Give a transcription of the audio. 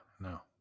no